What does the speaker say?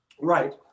right